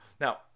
Now